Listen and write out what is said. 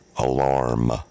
alarm